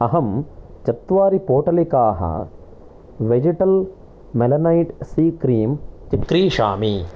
अहं चत्वारि पोटलिकाः वेजिटल् मेलनैट् सी क्रीम् चिक्रीषामि